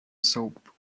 soap